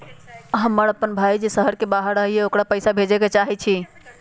हमर अपन भाई जे शहर के बाहर रहई अ ओकरा पइसा भेजे के चाहई छी